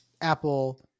Apple